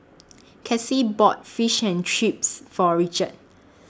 Kassie bought Fish and Chips For Richard